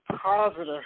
positive